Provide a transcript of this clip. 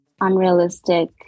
unrealistic